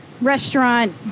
restaurant